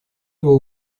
его